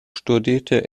studierte